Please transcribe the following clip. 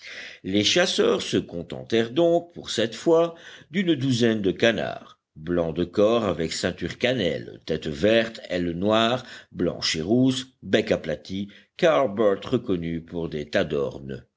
les chasseurs se contentèrent donc pour cette fois d'une douzaine de canards blancs de corps avec ceinture cannelle tête verte aile noire blanche et rousse bec aplati qu'harbert reconnut pour des